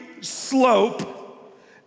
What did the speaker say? slope